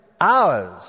hours